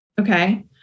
Okay